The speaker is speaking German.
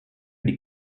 die